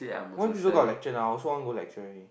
why people got lecture now I also want go lecture already